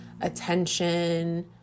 attention